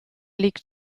liegt